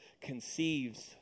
conceives